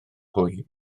hwy